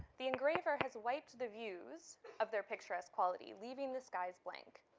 the engraver has wiped the views of their picturesque quality leaving the skies blank.